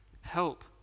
help